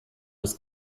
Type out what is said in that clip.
des